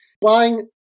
buying